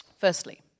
Firstly